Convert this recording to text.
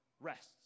rests